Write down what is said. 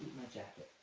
my jacket.